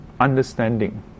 understanding